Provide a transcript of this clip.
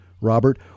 Robert